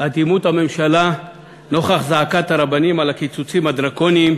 אטימות הממשלה נוכח זעקת הרבנים על הקיצוצים הדרקוניים